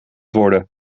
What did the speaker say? worden